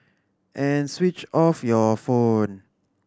and switch off your phone